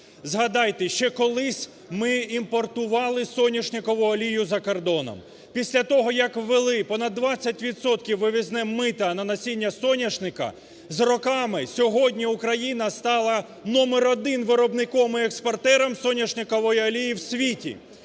Згадайте, ще колись ми імпортували соняшникову олію з-за кордону. Після того, як ввели понад двадцять відсотків вивізне мито на насіння соняшника, з роками сьогодні Україна стала номер один виробником і експортером соняшникової олії в світі.